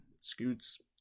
Scoot's